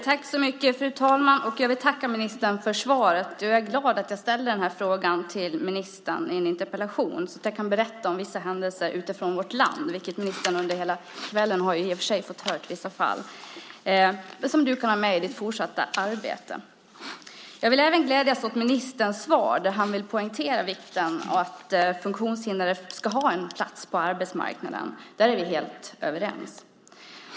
Fru talman! Jag vill tacka ministern för svaret. Jag är glad att jag ställde den här frågan till ministern i en interpellation, så att jag kan få berätta om vissa händelser i vårt land som han kan ha i åtanke i sitt fortsätta arbete. Jag vill också glädjas åt ministerns svar, där han poängterar vikten av att funktionshindrade ska ha en plats på arbetsmarknaden. Där är vi helt överens.